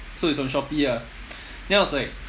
so it's on shopee ah then I was like